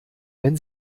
wenn